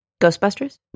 Ghostbusters